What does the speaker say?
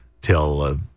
till